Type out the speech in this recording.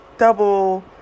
double